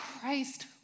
Christ